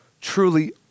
Truly